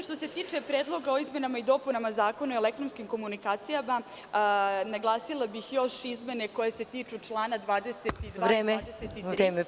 Što se tiče Predloga o izmenama i dopunama Zakona o elektronskim komunikacijama, naglasila bih još izmene koje se tiču čl. 22. i 23.